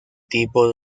tipo